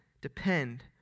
depend